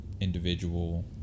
individual